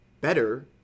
better